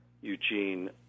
Eugene